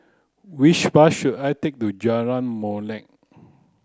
which bus should I take to Jalan Molek